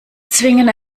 zwingen